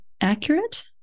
accurate